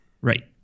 Right